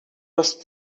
must